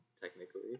technically